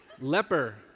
Leper